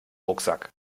rucksack